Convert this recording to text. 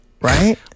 Right